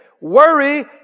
Worry